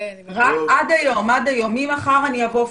עד היום, ממחר אני אבוא פיזית.